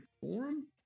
forum